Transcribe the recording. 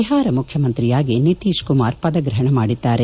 ಬಿಹಾರ ಮುಖ್ಯಮಂತ್ರಿಯಾಗಿ ನಿತೀಶ್ಕುಮಾರ್ ಪದಗ್ರಹಣ ಮಾಡಿದ್ಗಾರೆ